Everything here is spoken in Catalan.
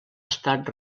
estat